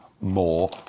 more